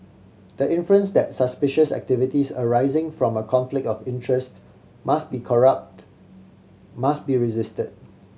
the inference that suspicious activities arising from a conflict of interest must be corrupt must be resisted